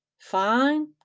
Fine